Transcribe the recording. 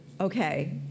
Okay